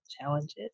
challenges